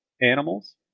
animals